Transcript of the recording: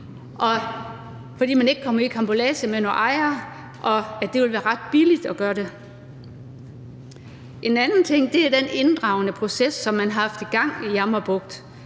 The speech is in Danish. fordi man ikke kan komme i karambolage med nogle ejere, og det vil være ret billigt at gøre det. En anden ting er den inddragende proces, som man har haft i gang i Jammerbugt,